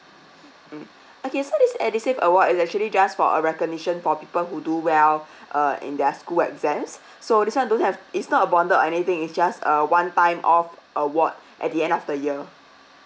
mm okay so this edusave award is actually just for a recognition for people who do well uh in their school exams so this one don't have it's not a bonded or anything is just a one time off award at the end of the year